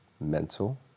mental